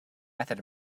method